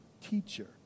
teacher